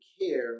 care